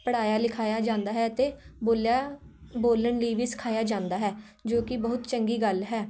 ਪੜ੍ਹਾਇਆ ਲਿਖਾਇਆ ਜਾਂਦਾ ਹੈ ਅਤੇ ਬੋਲਿਆ ਬੋਲਣ ਲਈ ਵੀ ਸਿਖਾਇਆ ਜਾਂਦਾ ਹੈ ਜੋ ਕਿ ਬਹੁਤ ਚੰਗੀ ਗੱਲ ਹੈ